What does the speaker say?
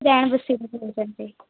ਰਹਿਣ ਵਸੇਰਾ ਕਿਵੇ ਕਰਦੇ